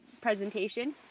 presentation